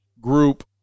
group